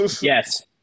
yes